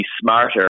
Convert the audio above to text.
smarter